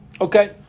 Okay